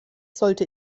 sollte